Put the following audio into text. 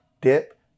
dip